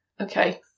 Okay